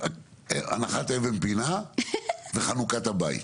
הנחת אבן פינה וחנוכת הבית.